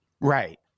Right